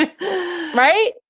Right